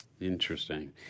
Interesting